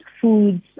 foods